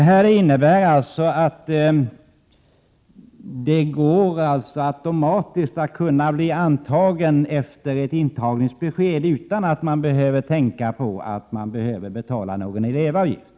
Detta innebär att en elev automatiskt kan bli antagen efter intagningsbeskedet utan att behöva tänka på att han skall betala någon elevavgift.